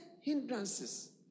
hindrances